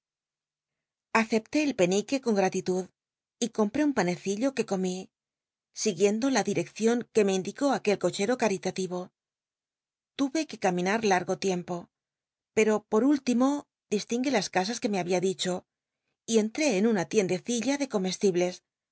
acepté el penique con gratitud y cotnl t'é un panecillo que comí siguiendo la ditcccion que me indicó aquel cochero caritativo tu c que caminar largo tiempo pero por ultimo distinguí las casas que me había dicho y entré en una tiendecilla de